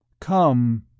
Come